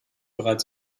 bereit